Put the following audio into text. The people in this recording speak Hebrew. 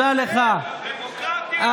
יודע איפה כתוב בתורה "שלום"?